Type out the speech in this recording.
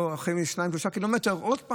אחרי 3-2 קילומטרים,